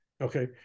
okay